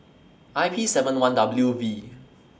I P seven one W V